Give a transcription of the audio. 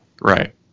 Right